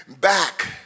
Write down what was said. back